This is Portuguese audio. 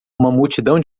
multidão